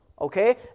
okay